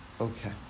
Okay